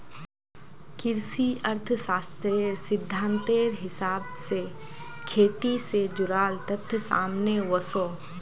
कृषि अर्थ्शाश्त्रेर सिद्धांतेर हिसाब से खेटी से जुडाल तथ्य सामने वोसो